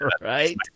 Right